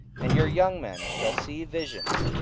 and your young men shall see visions,